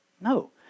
No